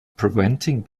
preventing